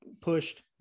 pushed